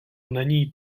není